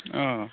अ